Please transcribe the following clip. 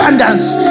Abundance